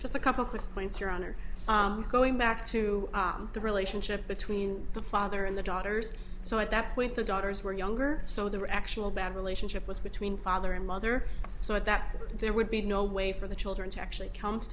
just a couple quick points your honor going back to the relationship between the father and the daughters so at that point the daughters were younger so the actual bad relationship was between father and mother so at that there would be no way for the children to actually come to